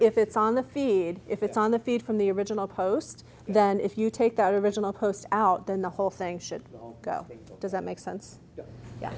if it's on the feed if it's on the feed from the original post then if you take that original post out then the whole thing should go does that make sense